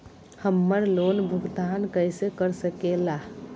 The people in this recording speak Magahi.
हम्मर लोन भुगतान कैसे कर सके ला?